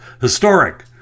historic